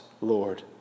Lord